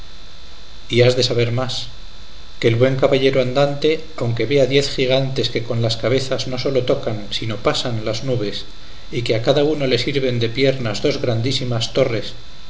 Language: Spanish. y has de saber más que el buen caballero andante aunque vea diez gigantes que con las cabezas no sólo tocan sino pasan las nubes y que a cada uno le sirven de piernas dos grandísimas torres